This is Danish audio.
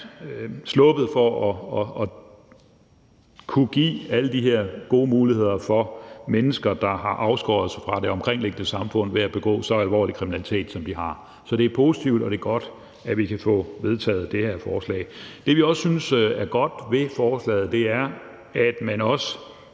slippe for at kunne give alle de her gode muligheder til mennesker, der har afskåret sig fra det omkringliggende samfund ved at begå så alvorlig kriminalitet, som de har. Så det er positivt, og det er godt, at vi kan få vedtaget det her forslag. Det, vi også synes er godt ved forslaget, er, at man også